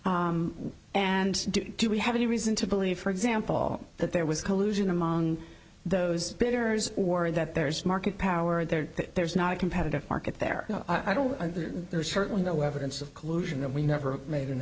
and do we have any reason to believe for example that there was collusion among those bigger or that there's market power there there's not a competitive market there i don't there's certainly no evidence of collusion and we never made an